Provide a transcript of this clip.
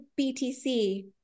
BTC